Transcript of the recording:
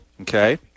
Okay